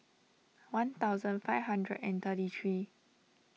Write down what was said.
one thousand five hundred and thirty three